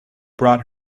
brought